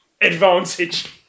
advantage